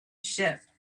shipp